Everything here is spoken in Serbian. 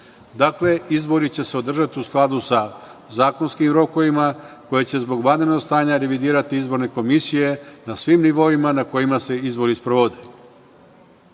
Dakle, izbori će se održati u skladu sa zakonskim rokovima koje će zbog vanrednog stanja revidirati izborne komisije na svim nivoima na kojima se izbori sprovode. Ovu